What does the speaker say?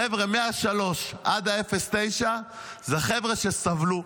החבר'ה מ-3 עד 9 זה חברה שסבלו,